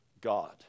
God